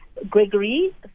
Gregory